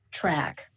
track